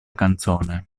canzone